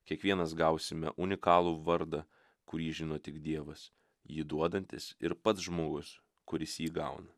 kiekvienas gausime unikalų vardą kurį žino tik dievas jį duodantis ir pats žmogus kuris jį gauna